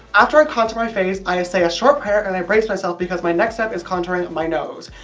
after i contour my face, i say a short prayer and i brace myself, because my next step is contouring my nose.